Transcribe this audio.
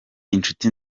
inshuti